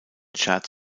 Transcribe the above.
scherz